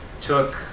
took